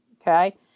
okay